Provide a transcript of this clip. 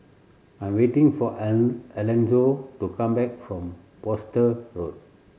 I am waiting for Alonzo to come back from Worcester Road